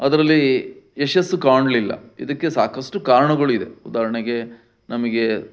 ಅದರಲ್ಲಿ ಯಶಸ್ಸು ಕಾಣಲಿಲ್ಲ ಇದಕ್ಕೆ ಸಾಕಷ್ಟು ಕಾರಣಗಳು ಇದೆ ಉದಾಹರಣೆಗೆ ನಮಗೆ